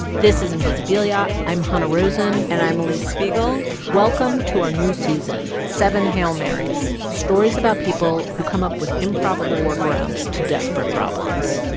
this is invisibilia. i'm hanna rosin and i'm alix spiegel welcome to our new season, seven hail marys, stories about people who come up with improbable work arounds to desperate problems.